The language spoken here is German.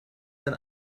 sein